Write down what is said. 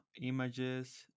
images